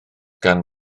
gan